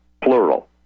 plural